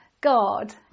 God